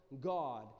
God